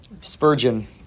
Spurgeon